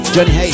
Johnny